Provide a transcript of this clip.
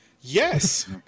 Yes